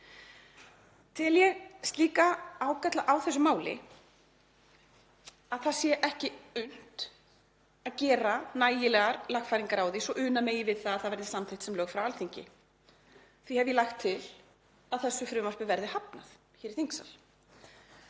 tel slíka ágalla á þessu máli að ekki sé unnt að gera nægilegar lagfæringar á því svo að una megi við að það verði samþykkt sem lög frá Alþingi. Ég hef því lagt til að þessu frumvarpi verði hafnað hér í þingsal.